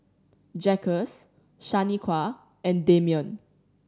Jacques Shaniqua and Damian